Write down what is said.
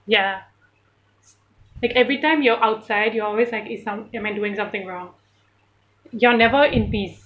ya like every time you're outside you're always like is som~ am I doing something wrong you're never in peace